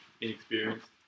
inexperienced